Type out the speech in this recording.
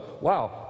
wow